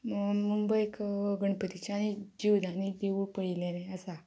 म मुंबयक गणपतीचें आनी जिवदानी देवूळ पळयलेलें आसा